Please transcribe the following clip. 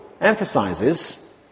emphasizes